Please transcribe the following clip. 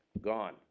Gone